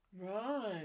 Right